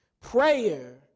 Prayer